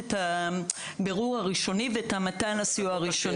את הבירור הראשוני ואת מתן הסיוע הראשוני.